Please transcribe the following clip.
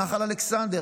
נחל אלכסנדר,